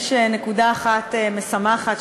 יש נקודה אחת משמחת,